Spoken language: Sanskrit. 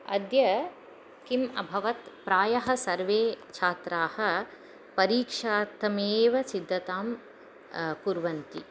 अद्य किम् अभवत् प्रायः सर्वे छात्राः परीक्षार्थमेव सिद्धतां कुर्वन्ति